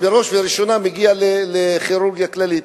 בראש ובראשונה זה מגיע לכירורגיה כללית.